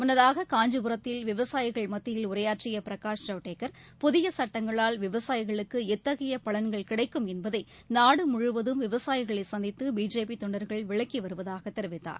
முன்னதாக காஞ்சிபுரத்தில் விவசாயிகள் மத்தியில் உரையாற்றிய பிரகாஷ் ஜவ்டேகர் புதிய சட்டங்களால் விவசாயிகளுக்கு எத்தகைய பலன்கள் கிடைக்கும் என்பதை நாடுமுழுவதும் விவசாயிகளை சந்தித்து பிஜேபி தொண்டர்கள் விளக்கி வருவதாக தெரிவித்தார்